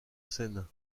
scène